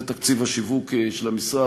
זה תקציב השיווק של המשרד.